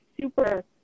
super